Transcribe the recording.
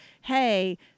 Hey